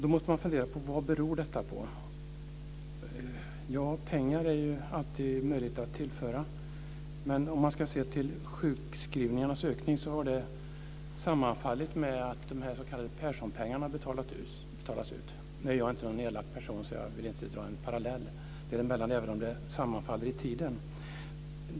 Då måste man fundera på: Vad beror detta på? Pengar är det alltid möjligt att tillföra. Men om man ska se till sjukskrivningarnas ökning har den sammanfallit med att de s.k. Perssonpengarna har betalats ut. Nu är jag inte någon elak person, så jag vill inte dra en parallell däremellan, även om det sammanfaller i tiden.